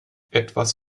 etwas